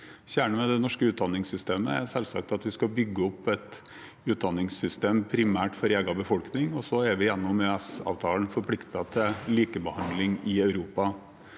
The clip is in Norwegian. Kjernen ved det norske utdanningssystemet er selvsagt at vi skal bygge opp et utdanningssystem primært for egen befolkning, og så er vi gjennom EØS-avtalen forpliktet til likebehandling i Europa.